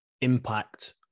impact